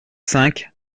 cinq